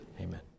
Amen